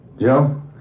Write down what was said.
Joe